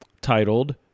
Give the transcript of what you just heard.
titled